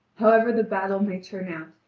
however the battle may turn out,